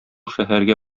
шәһәргә